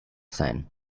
sein